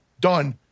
Done